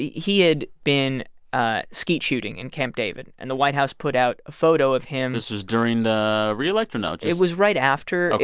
he had been ah skeet shooting in camp david. and the white house put out a photo of him this was during the re-election? or no, just. it was right after.